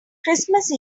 christmas